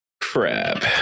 crab